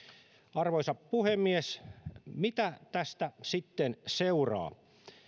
arvoisa puhemies mitä tästä sitten seuraa